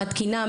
מהתקינה,